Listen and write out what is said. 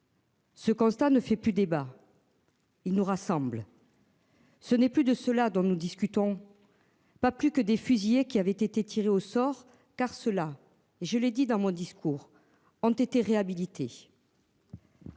Ce constat ne fait plus débat. Il nous rassemble. Ce n'est plus de cela dont nous discutons. Pas plus que des fusillés qui avaient été tiré au sort, car cela je l'ai dit dans mon discours ont été réhabilités.